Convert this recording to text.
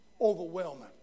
Overwhelming